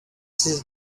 ses